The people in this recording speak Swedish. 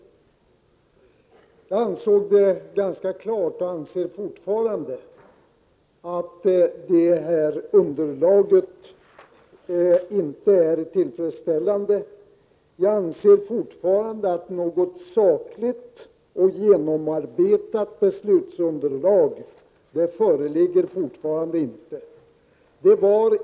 Jag ansåg det vara ganska klart — och det anser jag fortfarande — att underlaget i denna fråga inte är tillfredsställande. Jag anser fortfarande att något sakligt och genomarbetat beslutsunderlag inte föreligger. Det var mitt motiv i går.